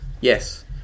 yes